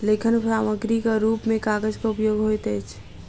लेखन सामग्रीक रूप मे कागजक उपयोग होइत अछि